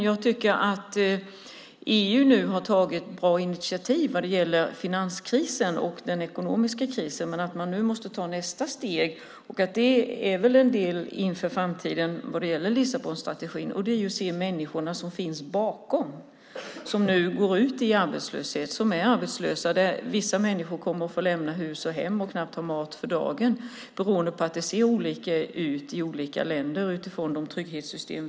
EU har nu, tycker jag, tagit bra initiativ när det gäller finanskrisen och den ekonomiska krisen. Men nu måste nästa steg tas. Det gäller väl då en del frågor inför framtiden med tanke på Lissabonstrategin. Det gäller att se människorna som finns där bakom och som nu går ut i arbetslöshet eller som redan är arbetslösa. Vissa kommer att få lämna hus och hem och att knappt ha mat för dagen beroende på att det ser olika ut i länderna med tanke på deras trygghetssystem.